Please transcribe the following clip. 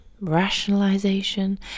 Rationalization